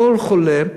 כל חולה,